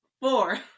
four